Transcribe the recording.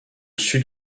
sud